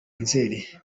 nzeri